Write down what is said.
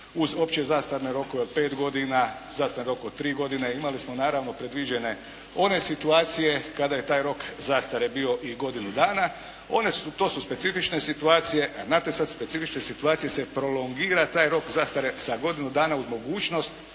uz opće zastarne rokove od pet godina, zastarne rokove od tri godine, imali smo naravno predviđene one situacije kada je taj rok zastare bio i godinu dana. To su specifične situacije. A na te sad specifične situacije se prolongira taj rok zastare sa godinu dana uz mogućnost,